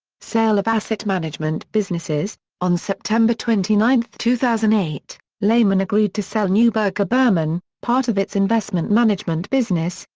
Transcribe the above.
sale of asset management businesses on september twenty nine, two thousand and eight, lehman agreed to sell neuberger berman, part of its investment management business,